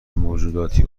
موجوداتی